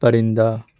پرندہ